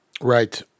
right